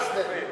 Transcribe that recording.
הרצפלד.